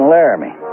Laramie